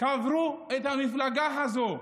קברו את המפלגה הזאת.